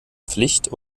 pflicht